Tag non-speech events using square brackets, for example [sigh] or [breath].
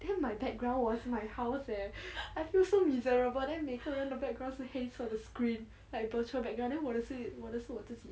then my background was my house leh [breath] I feel so miserable then 每个人的 background 是黑色的 screen like virtual background then 我的是我的是我自己